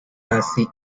casi